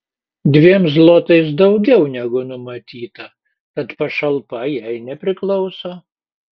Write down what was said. dviem zlotais daugiau negu numatyta tad pašalpa jai nepriklauso